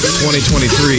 2023